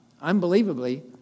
unbelievably